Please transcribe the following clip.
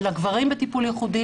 לגברים בטיפול ייחודי,